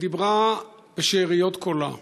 היא דיברה בשאריות קולה,